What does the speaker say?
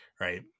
Right